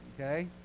Okay